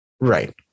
Right